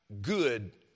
good